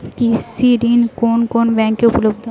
কৃষি ঋণ কোন কোন ব্যাংকে উপলব্ধ?